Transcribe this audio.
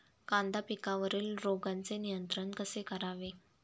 कांदा पिकावरील रोगांचे नियंत्रण कसे करावे?